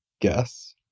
guess